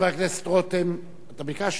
חבר הכנסת רותם, אתה ביקשת?